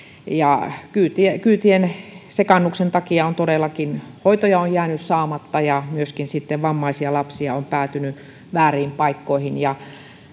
kyytien kyytien sekaannuksen takia on todellakin hoitoja jäänyt saamatta ja sitten myöskin vammaisia lapsia on päätynyt vääriin paikkoihin